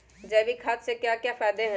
जैविक खाद के क्या क्या फायदे हैं?